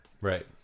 Right